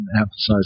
emphasize